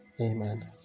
Amen